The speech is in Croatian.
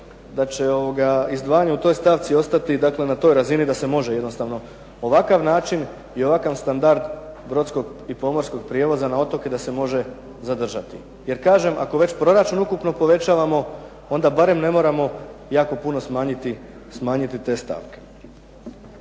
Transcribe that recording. da će izdvajanje u toj stavci ostati na toj razini da se može jednostavno ovakav način i ovakav standard brodskog i pomorskog prijevoza na otoke da se može zadržati. Jer kažem, ako već proračun ukupno povećavamo onda barem ne moramo jako puno smanjiti te stavke.